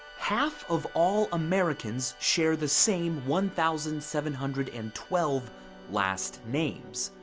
half of all americans share the same one thousand seven hundred and twelve last names.